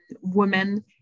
women